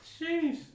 Jeez